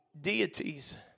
deities